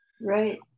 Right